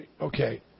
Okay